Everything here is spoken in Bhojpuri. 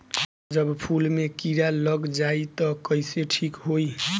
जब फूल मे किरा लग जाई त कइसे ठिक होई?